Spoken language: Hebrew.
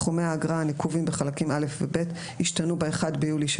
סכומי האגרה הנקובים בחלקים (א) ו-(ב) ישתנו ב-1 ביולי של